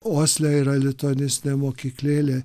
osle yra lituanistinė mokyklėlė